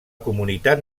comunitat